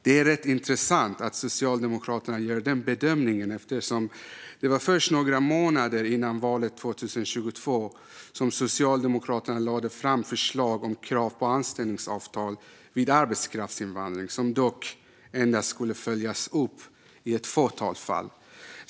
Det är rätt intressant att Socialdemokraterna gör den bedömningen, eftersom det var först några månader innan valet 2022 som Socialdemokraterna lade fram förslag om krav på anställningsavtal vid arbetskraftsinvandring, som dock endast skulle följas upp i ett fåtal fall.